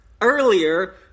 earlier